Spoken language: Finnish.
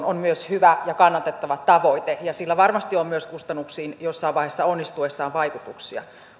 on myös hyvä ja kannatettava tavoite ja sillä varmasti on myös kustannuksiin jossain vaiheessa onnistuessaan vaikutuksia